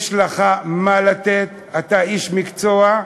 יש לך מה לתת, אתה איש מקצוע,